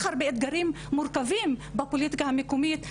הרבה אתגרים מורכבים בפוליטיקה המקומית,